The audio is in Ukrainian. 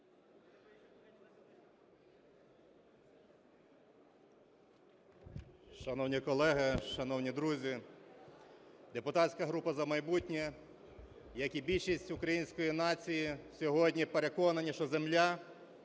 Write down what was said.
Депутатська група "За майбутнє", як і більшість української нації, сьогодні переконані, що земля –